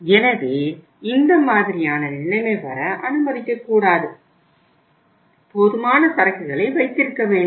எனவே இந்த மாதிரியான நிலைமை வர அனுமதிக்கக்கூடாது போதுமான சரக்குகளை வைத்திருக்கவேண்டும்